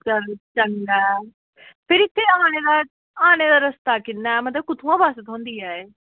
चंगा ऐ ते फिर इत्थें आने दा आने दा रस्ता कि'यां मतलब कुत्थुआं बस थ्होंदी ऐ एह्